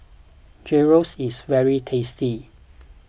Gyros is very tasty